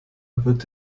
wird